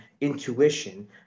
intuition